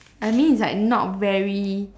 I mean is like not very